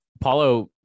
Paulo